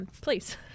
please